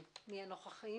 בבקשה.